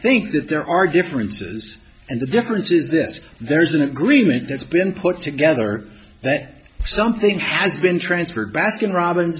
that there are differences and the difference is this there is an agreement that's been put together that something has been transferred baskin robins